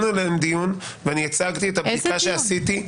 -- והצגתי את הבדיקה שעשיתי.